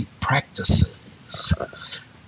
Practices